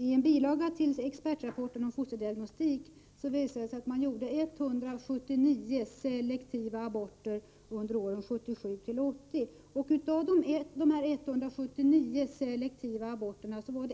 I en bilaga till expertrapporten om fosterdiagnostik framgår att det utfördes 179 selektiva aborter åren 1977-1980. Av dessa aborter